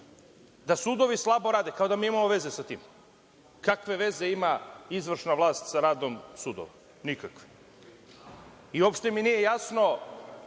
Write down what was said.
da sudovi slabo rade, kao da mi imamo veze sa tim. Kakve veze ima izvršna vlast sa radom sudova? Nikakve. Uopšte mi nije jasno